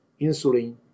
insulin